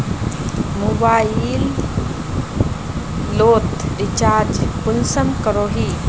Mobile लोत recharge कुंसम करोही?